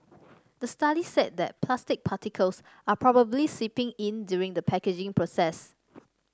the study said that plastic particles are probably seeping in during the packaging process